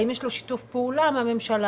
האם יש לו שיתוף פעולה מהממשלה,